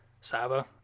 Saba